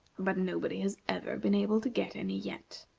but nobody has ever been able to get any yet.